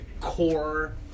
core